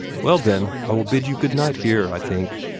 well, then, i will bid you good-night here, i think,